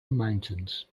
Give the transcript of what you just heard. mountains